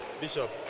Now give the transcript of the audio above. Bishop